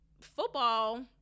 football